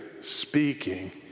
speaking